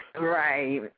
Right